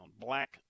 Black